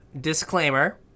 disclaimer